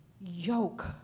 yoke